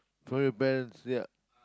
from your parents yeah